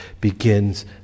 begins